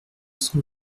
cent